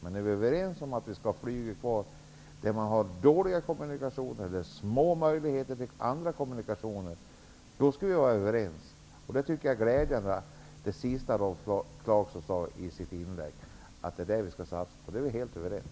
Men vi är överens om att flyget skall vara kvar där det är dåliga kommunikationer och där det finns små möjligheter till andra kommunikationer. Det som Rolf Clarkson avslutade sitt inlägg med var glädjande att höra. Där är vi helt överens.